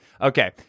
Okay